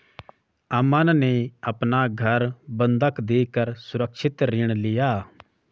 अमन ने अपना घर बंधक देकर सुरक्षित ऋण लिया